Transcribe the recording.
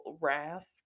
raft